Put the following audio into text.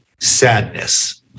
sadness